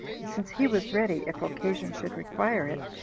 since he was ready, if occasion should require it,